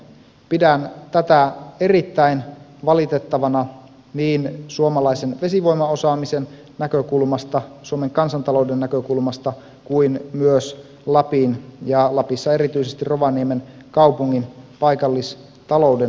pidän tätä erittäin valitettavana niin suomalaisen vesivoimaosaamisen näkökulmasta suomen kansantalouden näkökulmasta kuin myös lapin ja lapissa erityisesti rovaniemen kaupungin paikallistalouden näkökulmasta